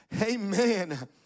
Amen